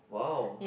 !wow!